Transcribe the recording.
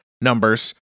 numbers